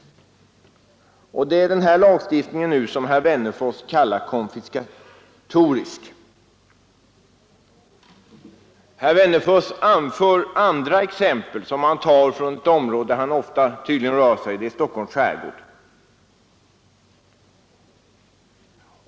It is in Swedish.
Det är denna lagstiftning som herr Wennerfors nu kallar konfiskatorisk. Herr Wennerfors anför andra exempel som han tar från ett område, där han tydligen ofta rör sig, Stockholms skärgård.